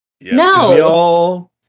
No